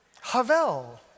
Havel